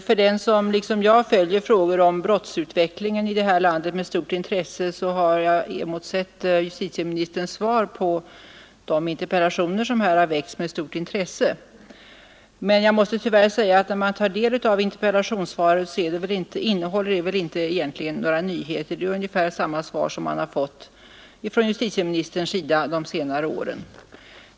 Herr talman! Eftersom jag följer frågor från brottsutvecklingen här i landet med uppmärksamhet har jag motsett justitieministerns svar på de interpellationer som här har framställts med stort intresse. Men efter att ha tagit del av det måste jag tyvärr säga, att det egentligen inte innehåller några nyheter; det är ungefär samma svar som man har brukat få från justitieministern under senare år.